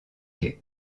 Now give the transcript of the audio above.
quai